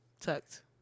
tucked